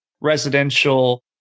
residential